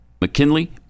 McKinley